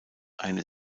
einer